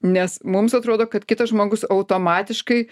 nes mums atrodo kad kitas žmogus automatiškai